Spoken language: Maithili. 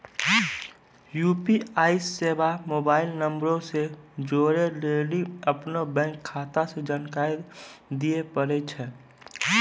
यू.पी.आई सेबा मोबाइल नंबरो से जोड़ै लेली अपनो बैंक खाता के जानकारी दिये पड़ै छै